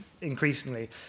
Increasingly